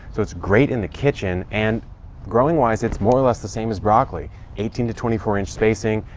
so it's great in the kitchen. and growing wise, it's more or less the same as broccoli eighteen to twenty four inch spacing.